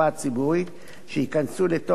שייכנסו לתוקף בשנים הקרובות.